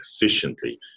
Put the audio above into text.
efficiently